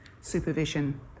supervision